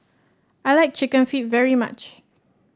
I like chicken feet very much